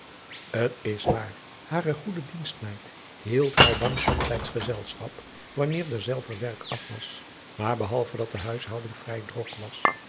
t s waar hare goede dienstmeid hield haar dan somtijds gezelschap wanneer derzelver werk af was maar behalve dat de huishouding vrij drok was